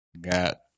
Got